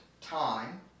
time